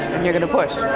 you're going to push.